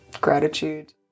gratitude